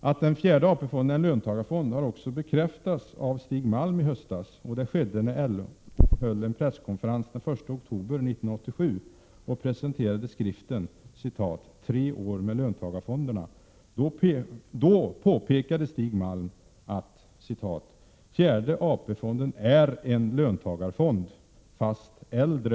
Att den fjärde AP-fonden är en löntagarfond bekräftades också av LO-ordföranden Stig Malm i höstas. Det skedde när LO höll presskonferens den 1 oktober 1987 och presenterade skriften Tre år med löntagarfonderna. Då påpekade Malm att ”4:e AP-fonden är en löntagarfond, fast äldre”.